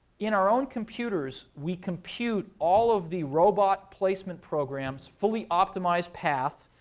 in our own computers, we compute all of the robot placement programs' fully-optimized path.